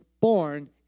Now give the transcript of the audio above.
born